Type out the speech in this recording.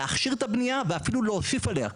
להכשיר את הבנייה ואפילו להוסיף עליה.